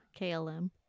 KLM